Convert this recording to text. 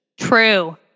True